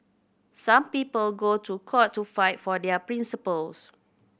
some people go to court to fight for their principles